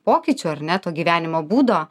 pokyčių ar ne to gyvenimo būdo